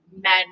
men